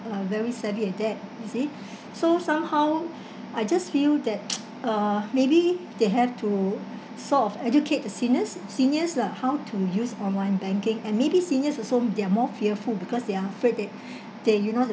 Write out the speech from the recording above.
uh very savvy at that you see so somehow I just feel that uh maybe they have to sort of educate the seniors seniors lah how to use online banking and maybe seniors also they're more fearful because they are afraid that they you know